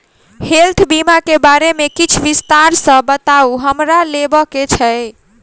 Health बीमा केँ बारे किछ विस्तार सऽ बताउ हमरा लेबऽ केँ छयः?